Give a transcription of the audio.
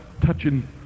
touching